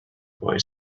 boy